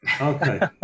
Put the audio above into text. okay